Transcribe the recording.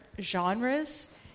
Genres